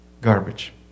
Garbage